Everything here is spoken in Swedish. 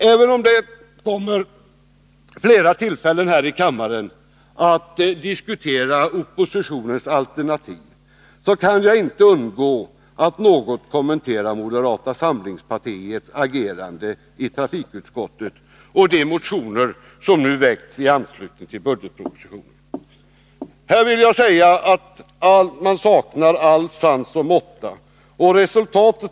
Även om det kommer flera tillfällen att här i kammaren diskutera oppositionens alternativ, kan jag inte underlåta att nu något kommentera moderata samlingspartiets agerande i trafikutskottet och de motioner som partiet väckt i anslutning till budgetpropositionen. Här vill jag säga att man saknar all sans och måtta.